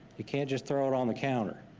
you can't just throw it on the counter.